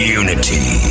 unity